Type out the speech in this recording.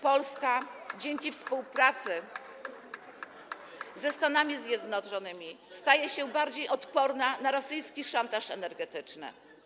Polska, dzięki współpracy ze Stanami Zjednoczonymi, staje się bardziej odporna na rosyjski szantaż energetyczny.